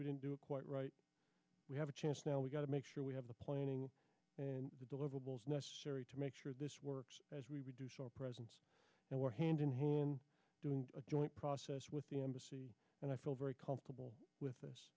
we didn't do it quite right we have a chance now we've got to make sure we have the planning and the deliverables necessary to make sure this works as we reduce our presence and we're hand in here in doing a joint process with the embassy and i feel very comfortable with this